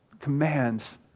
commands